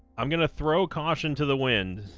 i'm gonna throw caution to the wind